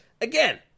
again